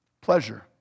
Pleasure